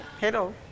hello